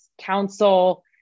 council